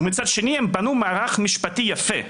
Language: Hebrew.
ומצד שני הם בנו מערך משפטי יפה,